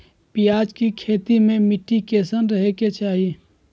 प्याज के खेती मे मिट्टी कैसन रहे के चाही?